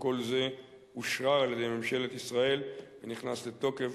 פרוטוקול זה אושרר על-ידי ממשלת ישראל ונכנס לתוקף